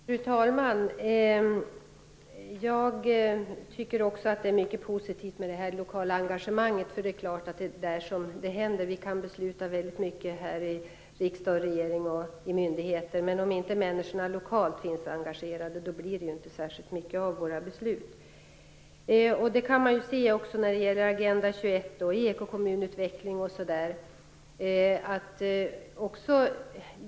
Fru talman! Jag tycker också att det lokala engagemanget är mycket positivt. Det är på den lokala nivån det händer. Vi kan besluta mycket här i riksdag, regering och myndigheter, men om inte människorna lokalt är engagerade blir det inte särskilt mycket av våra beslut. Det kan man se när det gäller Agenda 21, ekokommunutveckling etc.